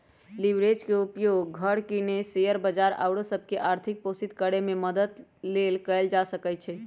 leverage के उपयोग घर किने, शेयर बजार आउरो सभ के आर्थिक पोषित करेमे मदद लेल कएल जा सकइ छै